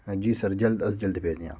ہاں جی سر جلد از جلد بھیجیں آپ